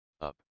up